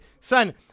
Son